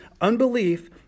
unbelief